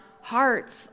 hearts